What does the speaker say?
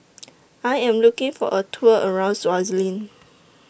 I Am looking For A Tour around Swaziland